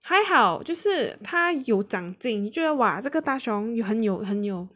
还好就是他有长进你就会 !wah! 这个大雄也很有很有